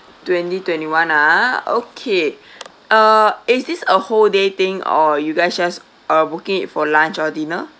twenty twenty one ah okay uh is this a whole day thing or you guys just uh booking for lunch or dinner